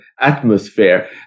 atmosphere